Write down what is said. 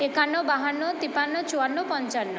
একান্ন বাহান্ন তিপান্ন চুয়ান্ন পঞ্চান্ন